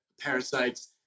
parasites